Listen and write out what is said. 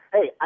Hey